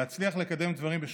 להצליח לקדם דברים בשותפות,